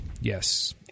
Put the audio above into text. Yes